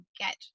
get